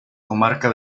comarca